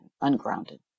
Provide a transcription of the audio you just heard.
ungrounded